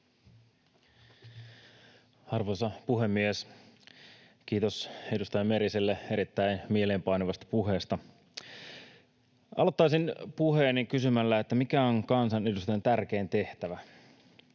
Arvoisa puhemies! Kiitos edustaja Meriselle erittäin mieleenpainuvasta puheesta. Aloittaisin puheeni kysymällä, mikä on kansanedustajan tärkein tehtävä.